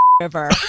River